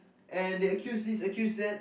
and they accuse this accuse that